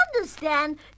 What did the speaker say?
Understand